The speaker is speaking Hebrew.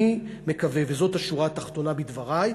אני מקווה, וזאת השורה התחתונה בדברי,